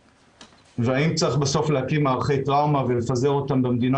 האם צריך להקים מערכי טראומה ולפזר אותם במדינה?